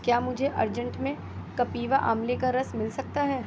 کیا مجھے ارجنٹ میں کپیوا آملے کا رس مل سکتا ہے